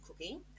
cooking